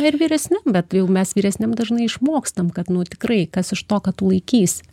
ir vyresniam bet jau mes vyresniam dažnai išmokstam kad nu tikrai kas iš to kad tu laikysi